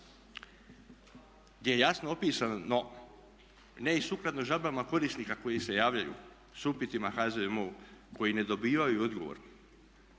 gdje je jasno opisano ne i sukladno žalbama korisnika koji se javljaju s upitima HZMO-u koji ne dobivaju odgovor.